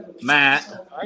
Matt